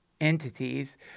entities